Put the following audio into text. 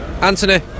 Anthony